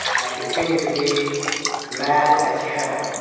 i continued to be mad as well.